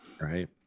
Right